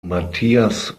mathias